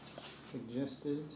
suggested